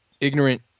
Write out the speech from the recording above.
ignorant